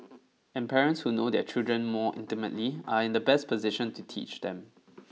and parents who know their children more intimately are in the best position to teach them